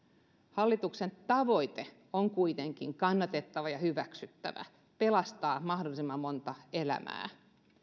hallituksen tavoite on kuitenkin kannatettava ja hyväksyttävä pelastaa mahdollisimman monta elämää